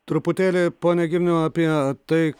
truputėlį pone girniau apie tai